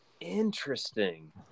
Interesting